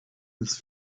was